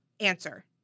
answer